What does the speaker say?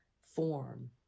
form